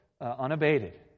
unabated